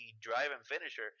drive-and-finisher